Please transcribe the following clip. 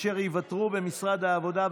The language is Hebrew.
אשר יוותרו במשרד העבודה,